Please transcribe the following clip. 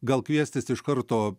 gal kviestis iš karto